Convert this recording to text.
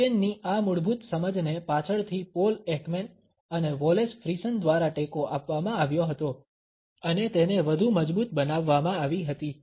ડુકેનની આ મૂળભૂત સમજને પાછળથી પોલ એકમેન અને વોલેસ ફ્રીસન દ્વારા ટેકો આપવામાં આવ્યો હતો અને તેને વધુ મજબૂત બનાવવામાં આવી હતી